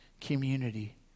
community